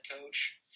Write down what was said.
coach